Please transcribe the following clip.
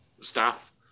staff